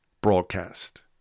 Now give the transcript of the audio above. broadcast